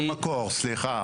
אני המקור, סליחה.